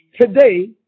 today